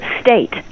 State